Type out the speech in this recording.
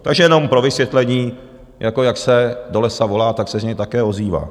Takže jenom pro vysvětlení jako, jak se do lesa volá, tak se z něj také ozývá.